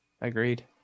agreed